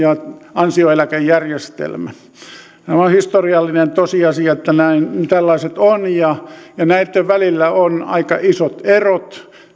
ansioeläkejärjestelmä on historiallinen tosiasia että tällaiset on näitten välillä on aika isot erot